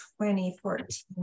2014